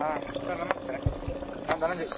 ಆಂ sir ನಮಸ್ತೆ ನಾನು ಧನಂಜಯ್